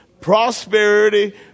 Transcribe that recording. prosperity